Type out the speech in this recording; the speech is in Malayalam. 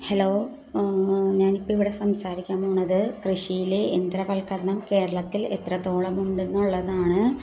ഹലോ ഞാനിപ്പോൾ ഇവിടെ സംസാരിക്കാൻ പോകണത് കൃഷിയിലെ യന്ത്രവൽക്കരണം കേരളത്തിൽ എത്രത്തോളമുണ്ടെന്നുള്ളതാണ്